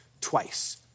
twice